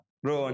bro